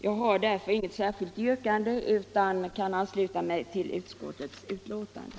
Jag har intet särskilt yrkande utan ansluter mig till utskottets hemställan.